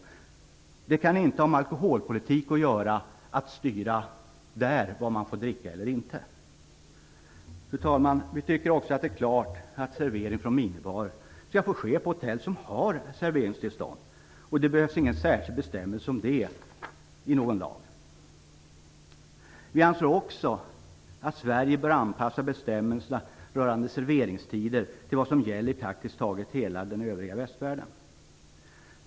Att där styra vad man får dricka eller inte kan inte ha med alkoholpolitik att göra. Fru talman! Vi tycker också att det är klart att servering från minibarer på hotell skall få ske på de hotell som har serveringstillstånd. Det behövs ingen särskild bestämmelse i någon lag om det. Vi anser också att Sverige bör anpassa bestämmelserna rörande serveringstider till vad som gäller i praktiskt taget hela den övriga västvärlden.